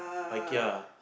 Paikia